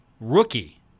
rookie